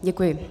Děkuji.